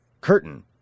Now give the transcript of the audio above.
curtain